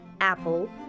Apple